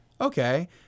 okay